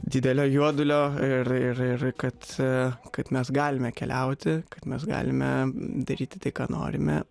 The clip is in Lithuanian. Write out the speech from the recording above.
didelio juodulio ir ir ir kad kad mes galime keliauti kad mes galime daryti tai ką norime